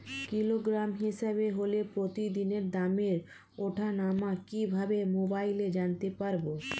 Kilogram হিসাবে হলে প্রতিদিনের দামের ওঠানামা কিভাবে মোবাইলে জানতে পারবো?